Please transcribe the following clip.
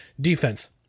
defense